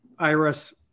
irs